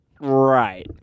Right